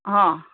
હં